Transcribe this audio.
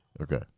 okay